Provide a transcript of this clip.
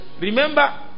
Remember